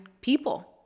people